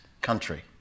country